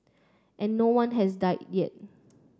and no one has died yet